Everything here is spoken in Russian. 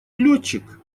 летчик